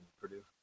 Purdue